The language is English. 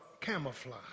camouflage